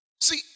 See